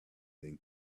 than